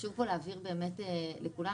חשוב להבהיר פה לכולם,